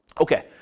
Okay